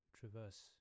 traverse